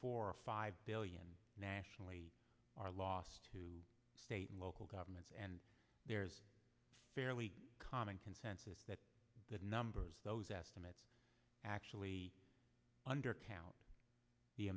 four or five million nationally are lost to state and local governments and there's a fairly common consensus that the numbers those estimates actually undercount the